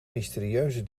mysterieuze